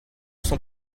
sont